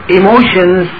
emotions